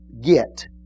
get